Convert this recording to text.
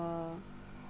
uh